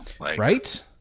right